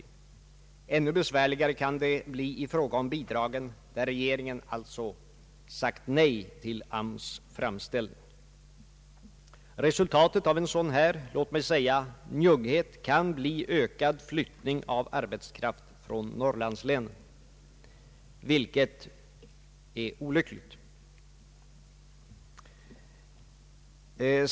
Ännu besvärligare kan det bli i fråga om bidragen där regeringen alltså sagt nej till arbetsmarknadsstyrelsens framställning. Resultatet av en sådan här, låt mig säga, njugghet kan bli ökad flyttning av arbetskraft från Norrlandslänen, vilket är olyckligt.